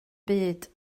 byd